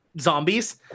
zombies